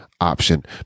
option